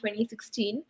2016